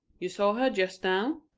you saw her just now?